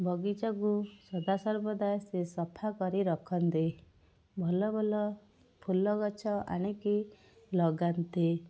ବଗିଚାକୁ ସଦାସର୍ବଦା ସିଏ ସଫା କରି ରଖନ୍ତି ଭଲ ଭଲ ଫୁଲ ଗଛ ଆଣିକି ଲଗାନ୍ତି